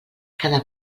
cada